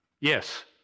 yes